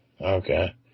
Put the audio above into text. Okay